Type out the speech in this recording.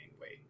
weight